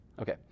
Okay